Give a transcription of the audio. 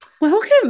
Welcome